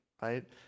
right